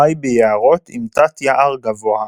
חי ביערות עם תת-יער גבוה.